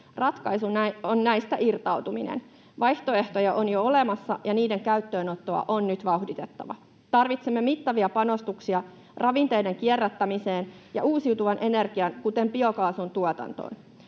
Ratkaisu on näistä irtautuminen. Vaihtoehtoja on jo olemassa, ja niiden käyttöönottoa on nyt vauhditettava. Tarvitsemme mittavia panostuksia ravinteiden kierrättämiseen ja uusiutuvan energian, kuten biokaasun, tuotantoon.